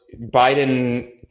Biden